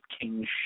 King